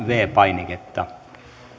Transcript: viides painiketta